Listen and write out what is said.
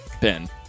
Ben